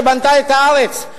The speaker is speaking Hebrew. שבנתה את הארץ,